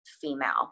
female